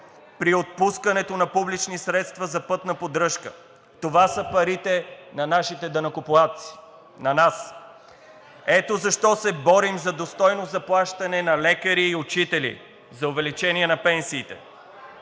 при отпускането на публични средства за пътна поддръжка. Това са парите на нашите данъкоплатци, на нас. Ето защо се борим за достойно заплащане на лекари и учители, за увеличение на пенсиите.